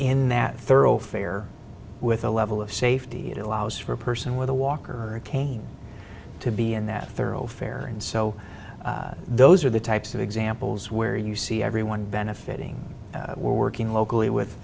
in that thoroughfare with a level of safety it allows for a person with a walker a cane to be in that thoroughfare and so those are the types of examples where you see everyone benefiting working locally with